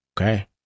Okay